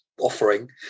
offering